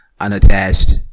unattached